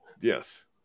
yes